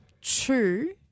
two